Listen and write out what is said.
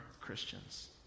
Christians